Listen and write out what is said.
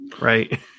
right